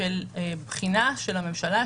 של בחינה של הממשלה,